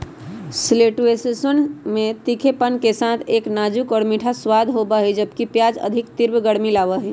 शैलोट्सवन में तीखेपन के साथ एक नाजुक और मीठा स्वाद होबा हई, जबकि प्याज अधिक तीव्र गर्मी लाबा हई